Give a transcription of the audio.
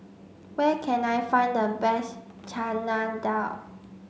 where can I find the best Chana Dal